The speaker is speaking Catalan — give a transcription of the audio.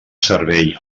servei